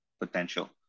potential